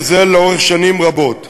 וזה לאורך שנים רבות.